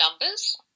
numbers